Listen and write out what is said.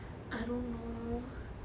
I don't know